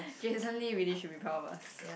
Jason-Lee really should be proud of us